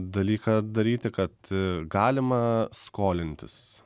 dalyką daryti kad ir galima skolintis